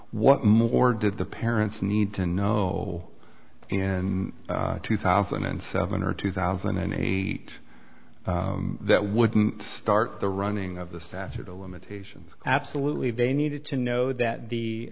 what more did the parents need to know in two thousand and seven or two thousand and eight that would start the running of the statute of limitations absolutely they needed to know that